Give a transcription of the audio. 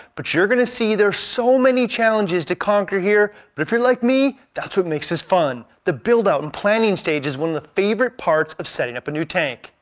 but you're gonna see there's so many challenge to conquer here, but if you're like me that's what makes this fun. the build out and planning stage is one of the favorite parts of setting up a new tank.